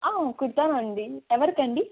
కుడతాం అండి ఎవరికండి